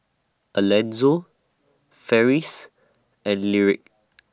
Alanzo Ferris and Lyric